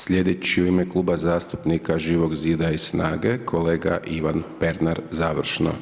Slijedeći u ime Kluba zastupnika Živog zida i Snage, kolega Ivan Pernar, završno.